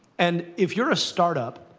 and, if you're a startup,